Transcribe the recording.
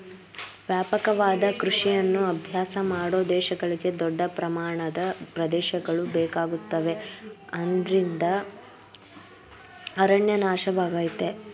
ವ್ಯಾಪಕವಾದ ಕೃಷಿಯನ್ನು ಅಭ್ಯಾಸ ಮಾಡೋ ದೇಶಗಳಿಗೆ ದೊಡ್ಡ ಪ್ರಮಾಣದ ಪ್ರದೇಶಗಳು ಬೇಕಾಗುತ್ತವೆ ಅದ್ರಿಂದ ಅರಣ್ಯ ನಾಶವಾಗಯ್ತೆ